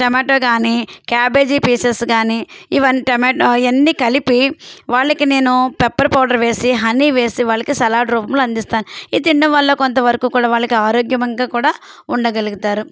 tomato కాని cabbage pieces కాని tomato ఇవన్నీ కలిపి వాళ్ళకి నేను పెప్పర్ పౌడర్ వేసి హనీ వేసి వాళ్ళకి సలాడ్ రూపంలో అందిస్తాను ఇది తినడం వల్ల కొంతవరకు కూడా వాళ్ళకి ఆరోగ్యబంగా కూడా ఉండగలుగుతారు